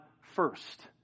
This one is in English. first